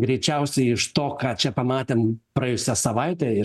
greičiausiai iš to ką čia pamatėm praėjusią savaitę ir